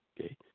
Okay